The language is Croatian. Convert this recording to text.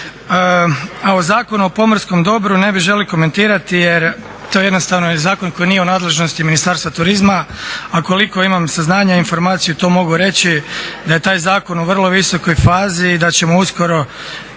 A o Zakonu o pomorskom dobru ne bih želio komentirati jer to jednostavno je zakon koji nije u nadležnosti Ministarstva turizma, a koliko imam saznanja i informaciju to mogu reći da je taj zakon u vrlo visokoj fazi i da će uskoro